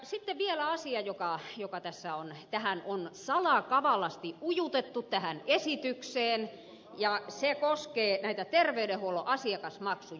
sitten vielä asia joka tähän esitykseen on salakavalasti ujutettu ja se koskee näitä terveydenhuollon asiakasmaksuja